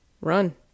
Run